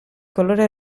colore